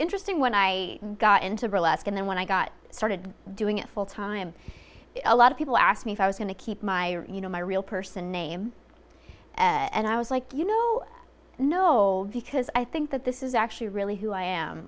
interesting when i got into burlesque and then when i got started doing it full time a lot of people asked me if i was going to keep my you know my real person name and i was like you know no because i think that this is actually really who i am